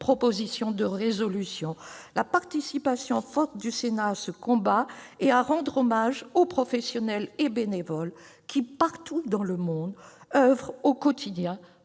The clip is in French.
la première fois, la participation forte du Sénat à ce combat et à rendre hommage aux professionnels et bénévoles qui, partout dans le monde, oeuvrent au quotidien